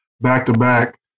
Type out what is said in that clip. back-to-back